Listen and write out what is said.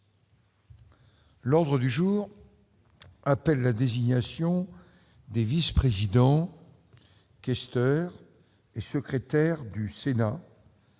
L'ordre du jour appelle la désignation des vice-présidents, questeurs et secrétaires du Sénat